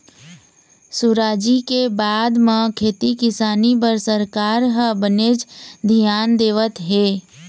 सुराजी के बाद म खेती किसानी बर सरकार ह बनेच धियान देवत हे